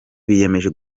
biyemeje